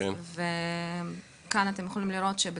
אז כאן אתם יכולים לראות את ההבדלים